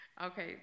Okay